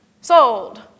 sold